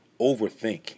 overthink